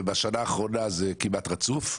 ובשנה האחרונה זה כמעט רצוף,